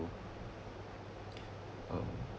um